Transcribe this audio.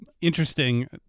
interesting